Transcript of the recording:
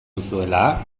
duzuela